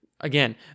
Again